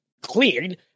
clean